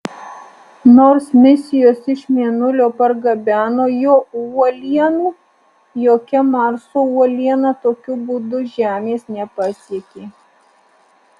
nors misijos iš mėnulio pargabeno jo uolienų jokia marso uoliena tokiu būdu žemės nepasiekė